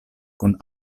kun